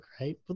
right